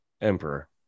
emperor